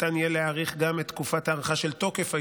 ניתן יהיה להאריך גם את תקופת ההארכה של תוקף האישורים,